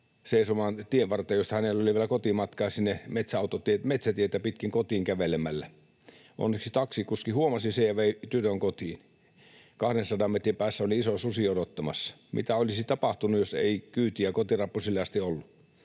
seisomaan tienvarteen, josta hänellä oli vielä kotimatkaa metsätietä pitkin kotiin kävelemällä. Onneksi taksikuski huomasi sen ja vei tytön kotiin. Kahdensadan metrin päässä oli iso susi odottamassa. Mitä olisi tapahtunut, jos ei kyytiä kotirappusille asti olisi